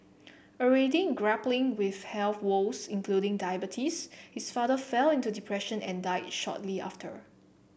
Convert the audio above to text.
already grappling with health woes including diabetes his father fell into depression and die shortly after